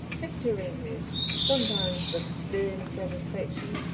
picturing her sometimes with stern satisfaction,